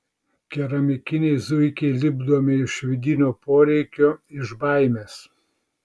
keramikiniai zuikiai lipdomi iš vidinio poreikio iš baimės